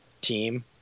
team